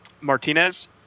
Martinez